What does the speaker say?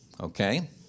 Okay